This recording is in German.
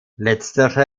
letztere